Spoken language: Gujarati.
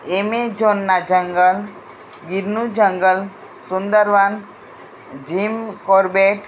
એમેજોનના જંગલ ગીરનું જંગલ સુંદર વન જિમ કોરબેટ